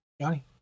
Johnny